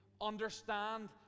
understand